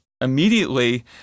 immediately